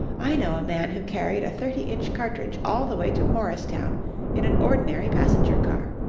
i know a man who carried a thirty-inch cartridge all the way to morristown in an ordinary passenger-car.